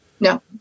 No